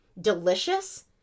delicious